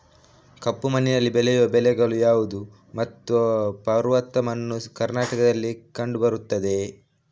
ಕಪ್ಪು ಮಣ್ಣಿನಲ್ಲಿ ಬೆಳೆಯುವ ಬೆಳೆಗಳು ಯಾವುದು ಮತ್ತು ಪರ್ವತ ಮಣ್ಣು ಕರ್ನಾಟಕದಲ್ಲಿ ಕಂಡುಬರುತ್ತದೆಯೇ?